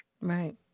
Right